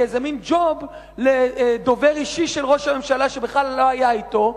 כאיזה מין ג'וב לדובר אישי של ראש הממשלה שבכלל לא היה אתו.